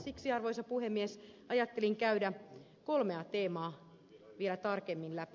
siksi arvoisa puhemies ajattelin käydä kolmea teemaa vielä tarkemmin läpi